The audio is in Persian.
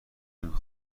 نمی